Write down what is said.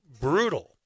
brutal